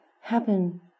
happen